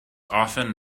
often